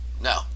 No